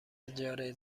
اجاره